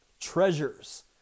treasures